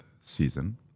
season